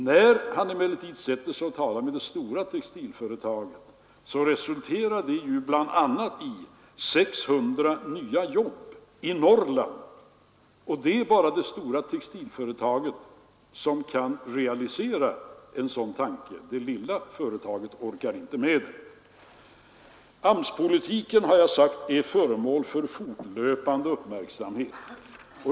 När han emellertid sätter sig och talar med det stora textilföretaget resulterar det bl.a. i 600 nya jobb i Norrland. Det är bara det stora textilföretaget som kan realisera en sådan tanke. Det lilla företaget orkar inte med det. AMS-politiken, har jag sagt, är föremål för fortlöpande uppmärksamhet.